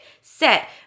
set